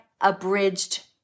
abridged